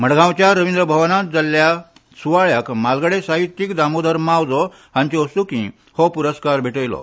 मडगांवच्या रवींद्र भवनांत जाल्ल्या सुवाळ्यांत म्हालगडे साहित्यीक दामोदर मावजो हांचे हस्तुकीं हो पुरस्कार भेटयलो